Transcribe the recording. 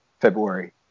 February